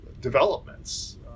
developments